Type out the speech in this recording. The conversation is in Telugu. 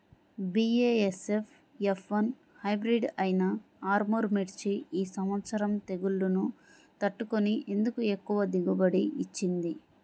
బీ.ఏ.ఎస్.ఎఫ్ ఎఫ్ వన్ హైబ్రిడ్ అయినా ఆర్ముర్ మిర్చి ఈ సంవత్సరం తెగుళ్లును తట్టుకొని ఎందుకు ఎక్కువ దిగుబడి ఇచ్చింది?